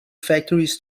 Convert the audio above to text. factories